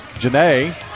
Janae